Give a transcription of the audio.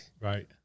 right